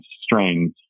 strains